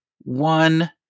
one